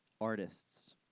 artists